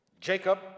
Jacob